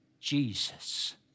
Jesus